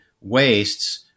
wastes